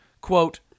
Quote